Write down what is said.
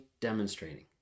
demonstrating